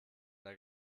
der